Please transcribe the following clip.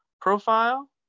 profile